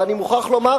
ואני מוכרח לומר: